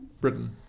Britain